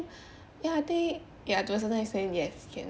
ya I think ya to a certain extent yes can